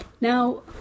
Now